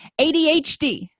adhd